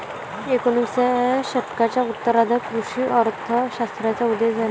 एकोणिसाव्या शतकाच्या उत्तरार्धात कृषी अर्थ शास्त्राचा उदय झाला